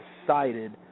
decided